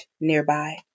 nearby